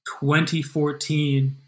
2014